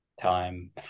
time